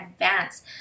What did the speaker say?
advance